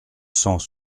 cent